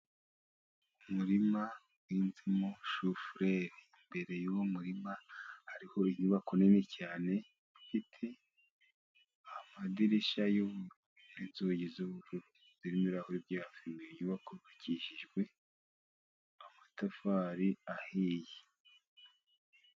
Umurima wezemo shufureri. Imbere y'uwo murima, hariho inyubako nini cyane ifite amadirishya n' inzugi z'ubururu zirimo ibirahuri bya fime . Iyo nyubako, yubakishijwe amatafari ahiye.